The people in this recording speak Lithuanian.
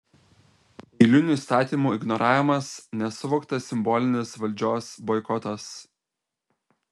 eilinių įstatymų ignoravimas nesuvoktas simbolinis valdžios boikotas